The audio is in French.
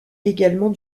également